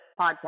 podcast